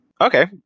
Okay